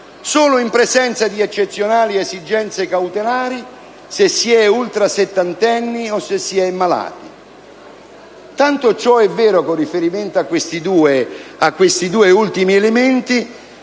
solo in presenza di eccezionali esigenze cautelari per gli ultrasettantenni o i malati. Tanto ciò è vero, con riferimento a questi due ultimi elementi,